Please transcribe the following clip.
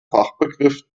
fachbegriff